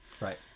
right